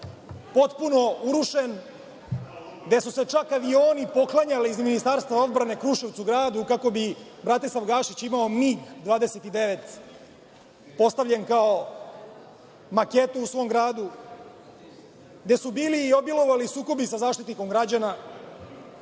potpuno urušen, gde su se čak avioni poklanjali iz Ministarstva odbrane Kruševcu gradu, kako bi Bratislav Gašić imao MiG-29, postavljen kao maketa u svom gradu, gde su bili i obilovali sukobi sa Zaštitnikom građana. Setimo